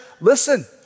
Listen